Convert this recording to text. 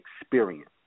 experience